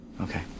Okay